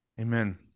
Amen